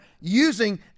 using